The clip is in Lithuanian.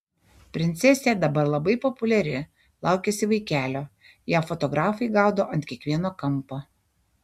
princesė dabar labai populiari laukiasi vaikelio ją fotografai gaudo ant kiekvieno kampo